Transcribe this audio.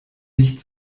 nicht